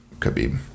Khabib